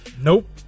Nope